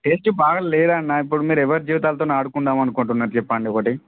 taste బాగా లేదన్నా ఇప్పుడు మీరు ఎవరి జీవితాలతోని ఆడుకుందాం అనుకుంటున్నారు చెప్పండి ఒకటి